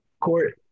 court